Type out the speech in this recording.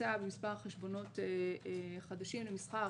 קפיצה במספר חשבונות חדשים למסחר